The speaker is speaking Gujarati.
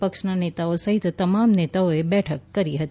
પક્ષના નેતાઓ સહિત તમામ નેતાઓએ બેઠક કરી હતી